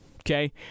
Okay